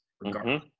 regardless